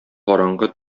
караңгы